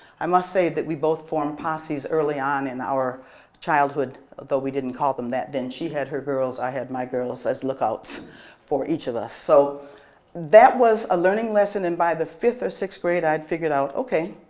i must say that we both formed posses early on in our childhood although we didn't call them that then. she had her girls, i had my girls as lookouts for each of us. so that was a learning lesson and by the fifth or sixth grade, i'd figured out, okay,